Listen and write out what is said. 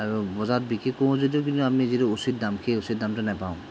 আৰু বজাৰত বিক্ৰী কৰোঁ যদিও কিন্তু আমি যিটো উচিত দাম সেই উচিত দামতো নাপাওঁ